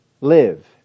live